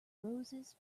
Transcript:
roses